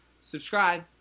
Subscribe